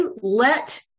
let